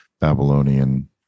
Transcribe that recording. babylonian